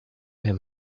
him